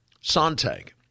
Sontag